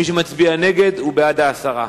מי שמצביע נגד הוא בעד ההסרה.